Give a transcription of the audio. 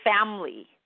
family